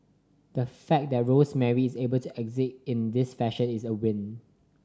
the fact that Rosemary is able to exit in this fashion is a win